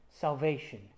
salvation